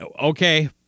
okay